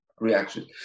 reaction